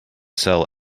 sell